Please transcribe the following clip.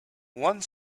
one